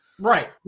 Right